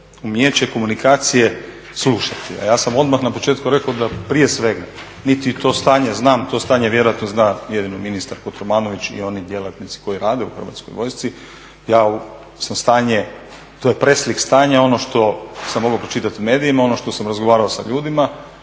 umijeće komunikacije slušati, a ja sam odmah na početku rekao da prije svega niti to stanje znam, to stanje vjerojatno zna jedino ministar Kotromanović i oni djelatnici koji rade u Hrvatskoj vojsci, to je preslik stanja ono što sam mogao pročitat u medijima, ono što sam razgovarao sa ljudima.